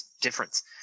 difference